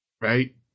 right